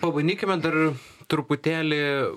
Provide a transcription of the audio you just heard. pabandykime dar truputėlį